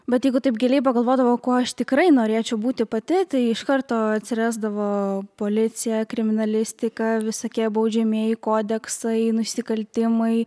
bet jeigu taip giliai pagalvodavau o kuo aš tikrai norėčiau būti pati tai iš karto atsirasdavo policija kriminalistika visokie baudžiamieji kodeksai nusikaltimai